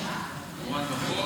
החוק,